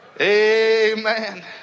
Amen